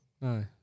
No